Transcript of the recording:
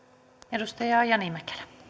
arvoisa rouva